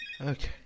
Okay